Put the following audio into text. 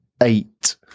eight